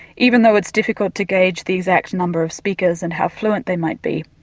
even though it's difficult to gauge the exact number of speakers and how fluent they might be.